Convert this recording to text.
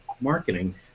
marketing